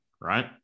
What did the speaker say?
right